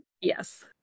Yes